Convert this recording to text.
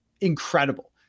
incredible